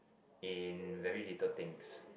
in very little things